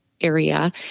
area